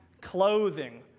clothing